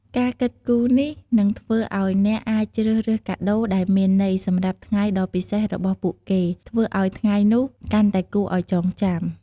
ការគិតគូរនេះនឹងធ្វើឱ្យអ្នកអាចជ្រើសរើសកាដូដែលមានន័យ សម្រាប់ថ្ងៃដ៏ពិសេសរបស់ពួកគេ ធ្វើឲ្យថ្ងៃនោះកាន់តែគួរឱ្យចងចាំ។